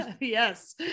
Yes